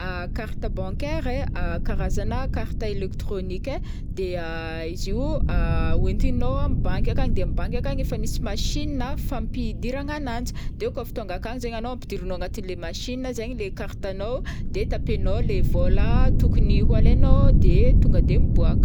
Carte bancaire e, karazagna carte elektronika e, de izy io hoentinao amy banky ankany, de amy banky ankany efa misy machine fampidiragna ananjy, de kaofa tonga ankany zegny anao ampidirinao agnatin'le machine zegny le cartenao de tapenao le vola tokony ho alaignao de tonga de miboaka.